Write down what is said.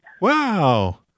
Wow